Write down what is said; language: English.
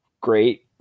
great